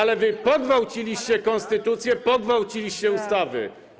Ale wy pogwałciliście konstytucję, pogwałciliście ustawy.